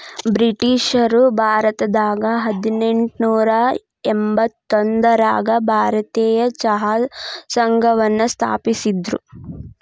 ಬ್ರಿಟಿಷ್ರು ಭಾರತದಾಗ ಹದಿನೆಂಟನೂರ ಎಂಬತ್ತೊಂದರಾಗ ಭಾರತೇಯ ಚಹಾ ಸಂಘವನ್ನ ಸ್ಥಾಪಿಸಿದ್ರು